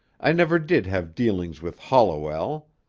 i never did have dealings with holliwell.